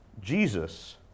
Jesus